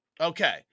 Okay